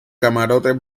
camarote